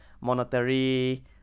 monetary